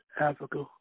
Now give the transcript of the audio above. Africa